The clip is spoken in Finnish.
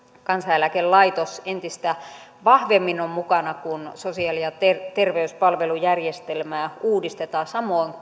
kansaneläkelaitos entistä vahvemmin on mukana kun sosiaali ja terveyspalvelujärjestelmää uudistetaan samoin